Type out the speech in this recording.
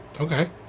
Okay